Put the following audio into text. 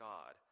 God